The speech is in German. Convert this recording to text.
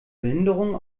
behinderungen